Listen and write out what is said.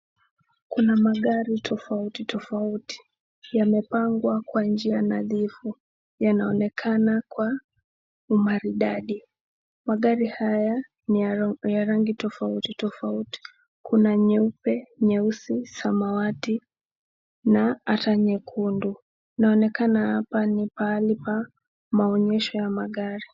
Kuna magari tofauti tofauti yamepangwa kwa njia nadhifu, yanaonekana kwa umaridadi. Magari haya ni ya rangi tofauti tofauti, kuna nyeupe, nyeusi, samawati na hata nyekundu. Inaonekana hapa ni pahali pa maonyesho ya magari.